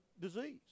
disease